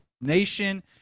Nation